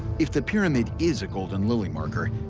if the pyramid is a golden lily marker,